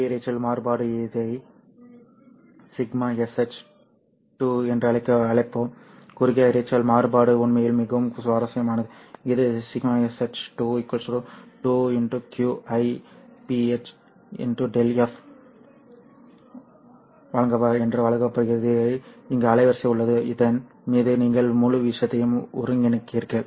குறுகிய இரைச்சல் மாறுபாடு இதை σsh 2 என்று அழைப்போம் குறுகிய இரைச்சல் மாறுபாடு உண்மையில் மிகவும் சுவாரஸ்யமானது இது σ sh 2 2q 'I ph Δf ஆல் வழங்கப்படுகிறது இங்கு Δf அலைவரிசை உள்ளது இதன் மீது நீங்கள் முழு விஷயத்தையும் ஒருங்கிணைக்கிறீர்கள்